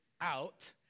out